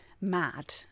mad